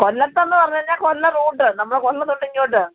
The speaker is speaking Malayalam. കൊല്ലത്തെന്ന് പറഞ്ഞ് കഴിഞ്ഞാൽ കൊല്ലം റൂട്ട് നമ്മള് കൊല്ലത്ത് നിന്ന് ഇങ്ങോട്ട്